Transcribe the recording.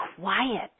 quiet